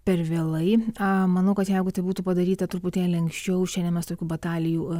per vėlai manau kad jeigu tai būtų padaryta truputėlį anksčiau šiandien mes tokių batalijų